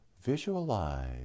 visualize